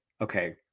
okay